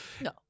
no